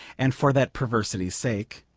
and for that perversity's sake,